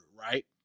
right